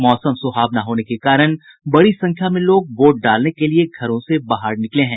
मौसम सुहावना होने के कारण बड़ी संख्या में लोग वोट डालने के लिए घरों से बाहर निकले हैं